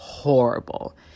horrible